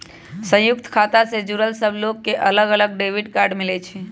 संयुक्त खाता से जुड़ल सब लोग के अलग अलग डेबिट कार्ड मिलई छई